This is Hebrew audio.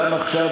גם עכשיו,